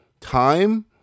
time